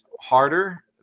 harder